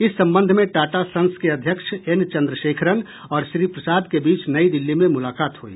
इस संबंध में टाटा संस के अध्यक्ष एन चंद्रशेखरन और श्री प्रसाद के बीच नई दिल्ली में मुलाकात हुई